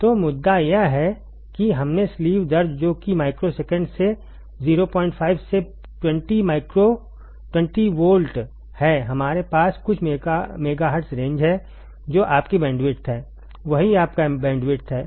तो मुद्दा यह है कि हमने स्लीव दर जो कि माइक्रोसेकंड से 05 से 20 माइक्रो 20 वोल्ट है हमारे पास कुछ मेगाहर्ट्ज़ रेंज है जो आपकी बैंडविड्थ है वही आपका बैंडविड्थ है